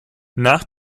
nach